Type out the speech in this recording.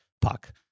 puck